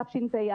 תשפ"א,